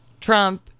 Trump